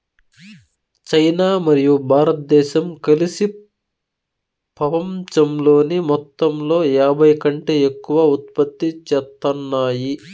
China మరియు భారతదేశం కలిసి పపంచంలోని మొత్తంలో యాభైకంటే ఎక్కువ ఉత్పత్తి చేత్తాన్నాయి